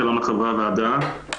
שלום לחברי הוועדה.